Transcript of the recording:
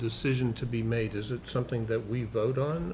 decision to be made is that something that we voted on